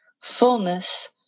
fullness